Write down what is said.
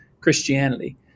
Christianity